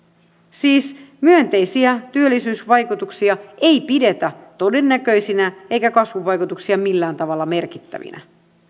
siis myönteisiä työllisyysvaikutuksia ei pidetä todennäköisinä eikä kasvuvaikutuksia millään tavalla merkittävinä